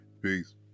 Peace